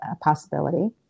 possibility